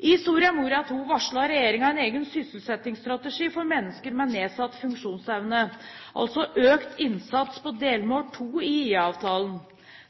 I Soria Moria II varslet regjeringen en egen sysselsettingsstrategi for mennesker med nedsatt funksjonsevne – altså økt innsats på delmål 2 i IA-avtalen.